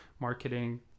Marketing